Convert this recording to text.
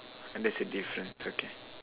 there is a difference okay